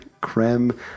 creme